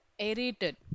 aerated